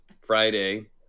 Friday